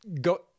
go